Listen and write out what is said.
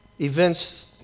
events